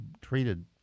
treated